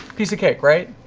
piece of cake, right?